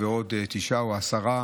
ועוד תשעה או עשרה